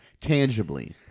tangibly